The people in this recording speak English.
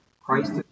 Christ